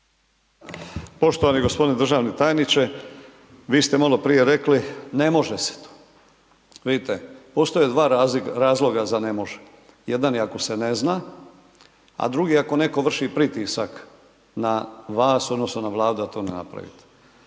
Poštovani g. državni tajniče, vi ste maloprije rekli ne može se to. Vidite, postoje dva razloga za ne može, jedan je ako se ne zna a drugi ako netko vrši pritisak na vas odnosno na Vladu da to ne napravite.